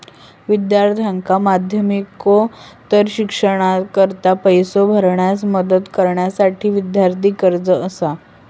विद्यार्थ्यांका माध्यमिकोत्तर शिक्षणाकरता पैसो भरण्यास मदत करण्यासाठी विद्यार्थी कर्जा असा